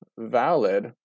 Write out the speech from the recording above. valid